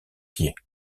pieds